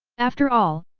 after all,